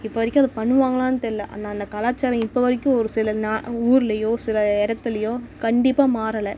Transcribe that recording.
இப்போ வரைக்கும் அதை பண்ணுவாங்களான்னு தெரில அண்ட் அந்த கலாச்சாரம் இப்போ வரைக்கும் ஒருசில நான் ஊர்லேயோ சில இடத்துலையோ கண்டிப்பாக மாறலை